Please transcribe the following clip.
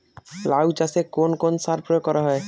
লাউ চাষে কোন কোন সার প্রয়োগ করা হয়?